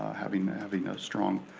having having a strong